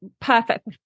perfect